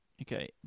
Okay